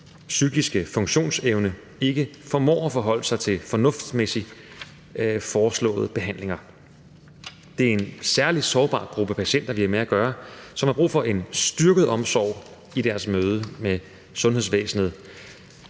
psykiske funktionsevne ikke formår at forholde sig fornuftsmæssigt til foreslåede behandlinger. Det er en særlig sårbar gruppe patienter, vi har med at gøre, som har brug for en styrket omsorg i deres møde med sundhedsvæsenet.